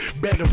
Better